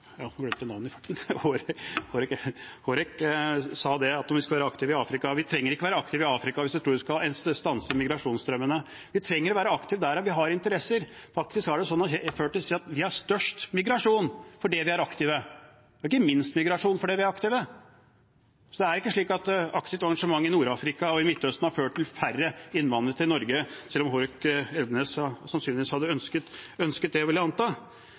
sa at vi skal være aktive i Afrika. Vi trenger ikke være aktive i Afrika hvis vi tror vi skal stanse migrasjonsstrømmene. Vi trenger å være aktive der vi har interesser. Faktisk er det slik at vi har størst migrasjon fordi vi er aktive, og ikke minst migrasjon fordi vi er aktive. Så det er ikke slik at et aktivt engasjement i Nord-Afrika og i Midtøsten har ført til færre innvandrere til Norge, selv om Hårek Elvenes sannsynligvis hadde ønsket det, vil jeg anta.